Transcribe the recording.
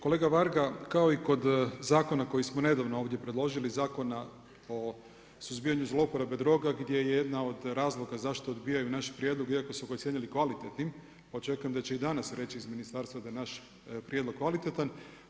Kolega Varga kao i kod zakona koji smo nedavno ovdje predložili, Zakona o suzbijanju zlouporabe droga gdje jedan od razloga zašto odbijaju naš prijedlog iako su ga ocijenili kvalitetnim očekujem da će i danas reći iz ministarstva da je naš prijedlog kvalitetan.